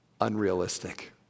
unrealistic